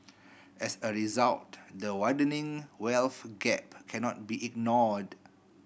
as a result the widening wealth gap cannot be ignored